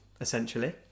essentially